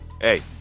Hey